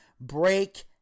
break